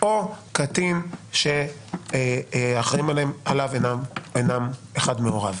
או קטין שהאחראים עליו הם אינם אחד מהוריו.